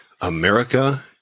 America